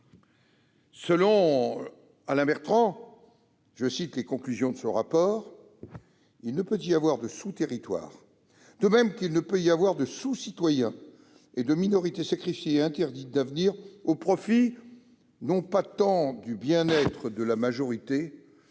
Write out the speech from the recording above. Selon lui- je cite les conclusions de son rapport -,« il ne peut y avoir de sous-territoire, de même qu'il ne peut y avoir de sous-citoyen et de minorité sacrifiée et interdite d'avenir au profit ... non pas tant du bien-être de la majorité,